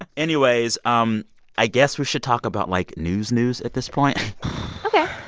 and anyways, um i guess we should talk about, like, news news at this point ok,